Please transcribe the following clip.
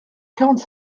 quarante